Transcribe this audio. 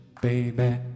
baby